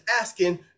asking